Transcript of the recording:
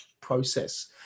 process